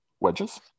wedges